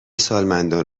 سالمندان